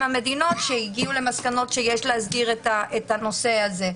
המדינות שהגיעו למסקנות שיש להסדיר את הנושא הזה.